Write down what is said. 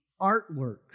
artwork